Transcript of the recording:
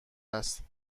است